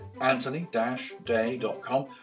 anthony-day.com